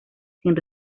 sin